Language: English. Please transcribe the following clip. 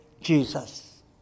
Jesus